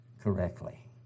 correctly